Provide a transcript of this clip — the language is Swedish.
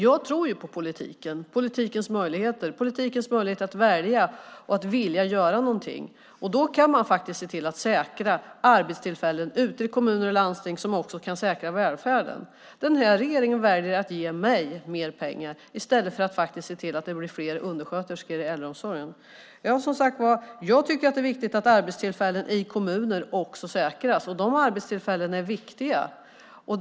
Jag tror på politikens möjligheter att välja och vilja göra någonting. Då går det att säkra arbetstillfällen ute i kommuner och landsting, som också kan säkra välfärden. Den här regeringen väljer att ge mig mer pengar i stället för att faktiskt se till att det blir fler undersköterskor i äldreomsorgen. Det är viktigt att arbetstillfällen i kommuner också säkras. De arbetstillfällena är viktiga.